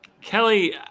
Kelly